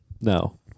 No